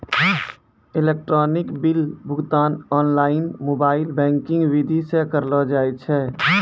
electronic bill भुगतान online mobile banking विधि से करलो जाय छै